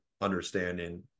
understanding